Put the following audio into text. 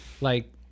Like-